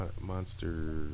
Monster